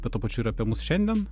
bet tuo pačiu ir apie mus šiandien